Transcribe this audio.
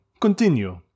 Continue